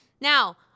Now